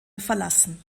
verlassen